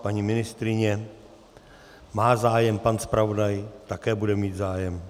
Paní ministryně má zájem, pan zpravodaj také bude mít zájem.